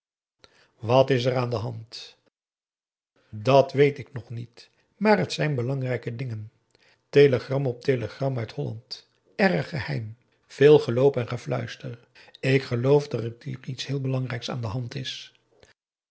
wat is er aan de hand dat weet ik nog niet maar het zijn belangrijke dingen telegram op telegram uit holland erg geheim veel geloop en gefluister ik geloof dat er iets heel belangrijks aan de hand is